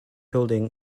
building